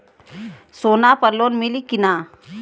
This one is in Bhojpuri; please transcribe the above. सोना पर लोन मिली की ना?